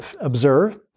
observe